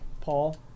Paul